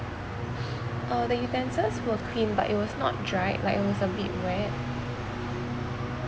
uh the utensils were clean but it was not dried like it was a bit wet